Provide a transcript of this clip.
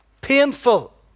painful